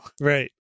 Right